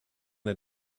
the